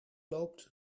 loopt